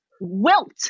wilt